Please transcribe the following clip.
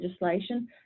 legislation